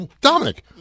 Dominic